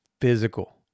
Physical